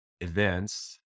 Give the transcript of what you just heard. events